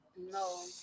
No